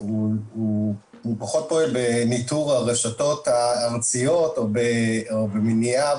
הוא פחות פועל בניטור הרשתות הארציות או במניעה